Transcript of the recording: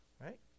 right